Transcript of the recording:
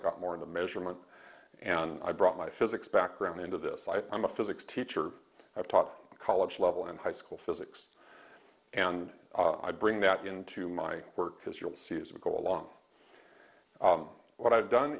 got more of a measurement and i brought my physics background into this i'm a physics teacher i've taught college level and high school physics and i bring that into my work because you'll see as we go along what i've done